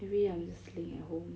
everyday I'm just laying at home